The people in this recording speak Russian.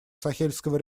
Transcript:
сахельского